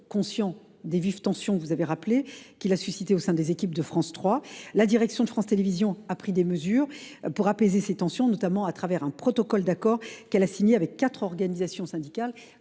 conscients des vives tensions – vous les avez rappelées – qu’il a suscitées au sein des équipes de France 3. La direction de France Télévisions a pris des mesures pour les apaiser, notamment grâce à un protocole d’accord qu’elle a signé avec quatre organisations syndicales